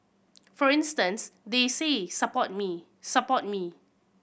for instance they say Support me support me